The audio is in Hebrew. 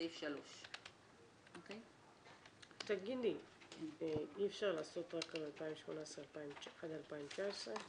בסעיף 3. יש לכם התנגדות לעשות את זה לשנה ולא